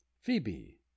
phoebe